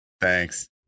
Thanks